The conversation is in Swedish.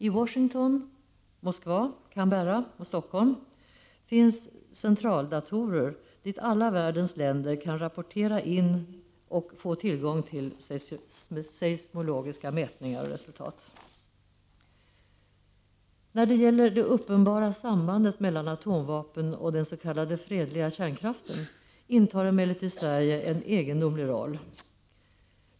I Washington, Moskva, Canberra och Stockholm finns centraldatorer dit alla världens länder kan rapportera in och få tillägg till seismologiska resultat. Vad gäller det uppenbara sambandet mellan atomvapnen och den s.k. fredliga kärnkraften spelar emellertid Sverige en egendomlig roll.